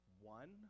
one